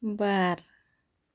ᱵᱟᱨ